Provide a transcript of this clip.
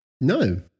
no